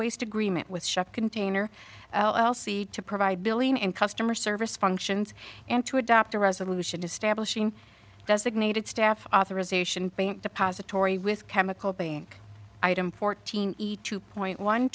waste agreement with shock container to provide billion in customer service functions and to adopt a resolution establishing designated staff authorization depository with chemical bank item fourteen two point one